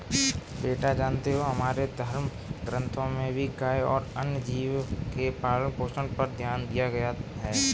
बेटा जानते हो हमारे धर्म ग्रंथों में भी गाय और अन्य जीव के पालन पोषण पर ध्यान दिया गया है